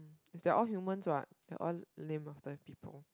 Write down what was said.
if they are all humans what they are all named after people